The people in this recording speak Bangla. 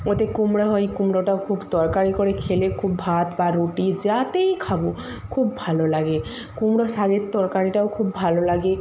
ওতে কুমড়ো হয় কুমড়োটাও খুব তরকারি করে খেলে খুব ভাত বা রুটি যাতেই খাব খুব ভালো লাগে কুমড়ো শাকের তরকারিটাও খুব ভালো লাগে